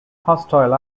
hostile